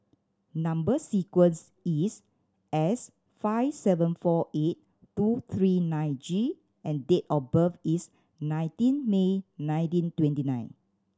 number sequence is S five seven four eight two three nine G and date of birth is nineteen May nineteen twenty nine